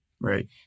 Right